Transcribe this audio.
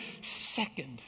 second